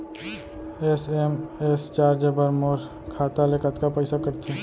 SMS charge बर मोर खाता ले कतका पइसा कटथे?